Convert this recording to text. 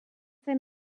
zen